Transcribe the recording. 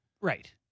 Right